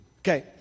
Okay